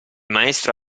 maestro